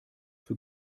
für